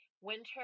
Winter